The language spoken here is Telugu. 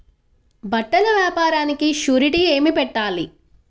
బట్టల వ్యాపారానికి షూరిటీ ఏమి పెట్టాలి?